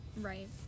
right